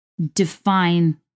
define